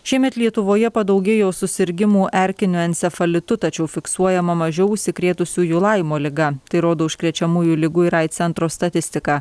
šiemet lietuvoje padaugėjo susirgimų erkiniu encefalitu tačiau fiksuojama mažiau užsikrėtusiųjų laimo liga tai rodo užkrečiamųjų ligų ir aids centro statistika